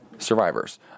Survivors